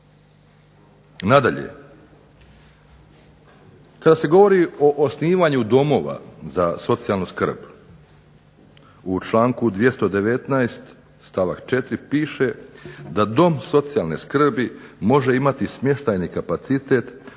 Nadalje, kada se govori o osnivanju domova za socijalnu skrb, u članku 219. stavak 4. piše da dom socijalne skrbi može imati smještajni kapacitet do